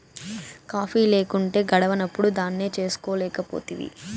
coffee లేకుంటే గడవనప్పుడు దాన్నే చేసుకోలేకపోతివి